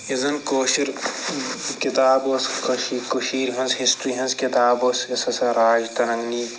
یۄس زن کٲشر کتاب ٲسۍ کشیٖرِ ہنٛز ہسٹرٛی ہنٛزۍ کِتاب ٲسۍ یۄس ہسا راجترنگی